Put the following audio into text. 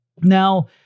Now